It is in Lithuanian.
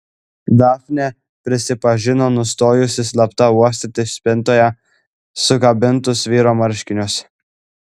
dafnė prisipažino nustojusi slapta uostyti spintoje sukabintus vyro marškinius